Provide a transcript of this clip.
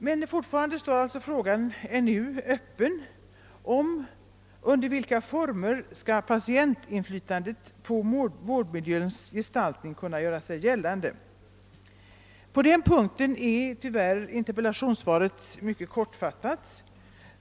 Men fortfarande står frågan öppen om under vilka former patientinflytandet på vårdmiljöns gestaltning skall kunna göra sig gällande. På den punkten är tyvärr - interpellationssvaret mycket kortfattat.